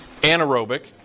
Anaerobic